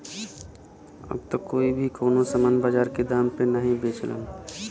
अब त कोई भी कउनो सामान बाजार के दाम पे नाहीं बेचलन